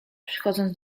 przychodząc